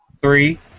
Three